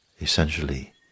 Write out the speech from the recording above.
essentially